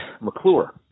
McClure